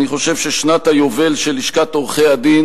אני חושב ששנת היובל של לשכת עורכי-הדין